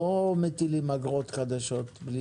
לא מטילים אגרות חדשות.